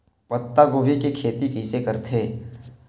पत्तागोभी के खेती कइसे करथे?